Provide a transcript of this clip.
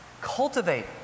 Cultivate